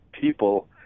people